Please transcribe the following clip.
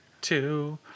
two